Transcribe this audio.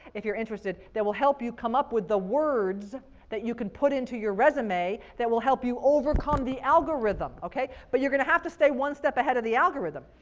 if you're interested, that will help you come up with the words that you can put into your resume that will help you overcome the algorithm, okay? but you're going to have to stay one step ahead of the algorithm.